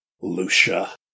Lucia